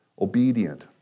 Obedient